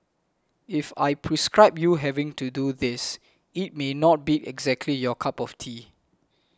if I prescribe you having to do this it may not be exactly your cup of tea